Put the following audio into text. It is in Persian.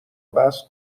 بحث